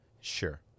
sure